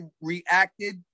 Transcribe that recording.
reacted